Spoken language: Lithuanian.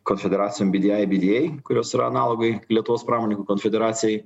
konfederacijom bydyai bydyei kurios yra analogai lietuvos pramoninkų konfederacijai